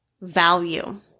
value